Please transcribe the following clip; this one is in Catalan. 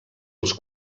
els